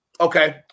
okay